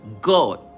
God